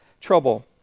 trouble